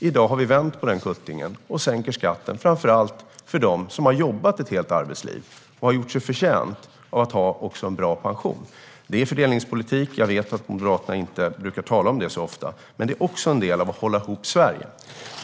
I dag har vi vänt på den kuttingen och sänker skatten framför allt för dem som har jobbat ett helt arbetsliv och gjort sig förtjänta av att ha en bra pension. Det är fördelningspolitik - jag vet att Moderaterna inte brukar tala om det så ofta. Men det är också en del av att hålla ihop Sverige.